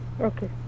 Okay